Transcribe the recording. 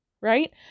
right